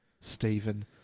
Stephen